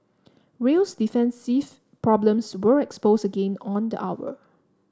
Real's defensive problems were exposed again on the hour